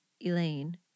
Elaine